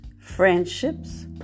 friendships